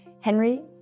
Henry